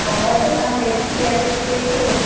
ତୁମର ଦୋକାନ ଦେଖିକି ଆସିଛୁ ଏଠି